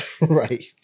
Right